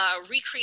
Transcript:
recreate